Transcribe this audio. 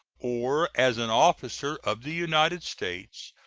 or as an officer of the united states,